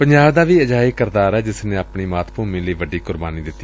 ਪੰਜਾਬ ਦਾ ਵੀ ਅਜਿਹਾ ਹੀ ਕਿਰਦਾਰ ਏ ਜਿਸ ਨੇ ਆਪਣੀ ਮਾਤ ਭੁਮੀ ਲਈ ਵੱਡੀ ਕੁਰਬਾਨੀ ਦਿੱਤੀ